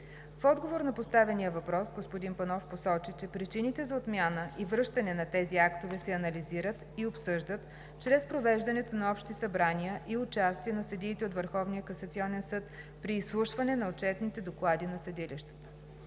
В отговор на поставения въпрос, господин Панов посочи, че причините за отмяна и връщане на тези актове се анализират и обсъждат чрез провеждането на общи събрания и участие на съдиите от Върховния касационен съд при изслушване на отчетните доклади на съдилищата.